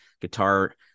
guitar